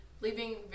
leaving